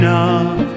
Enough